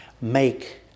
make